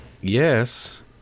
yes